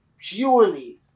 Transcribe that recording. purely